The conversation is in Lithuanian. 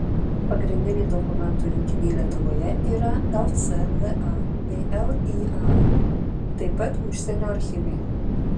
pagrindiniai dokumentų rinkiniai lietuvoje yra lcva bei lya taip pat užsienio archyvai